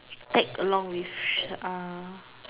tag along with sh~ uh